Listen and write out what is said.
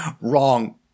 wrong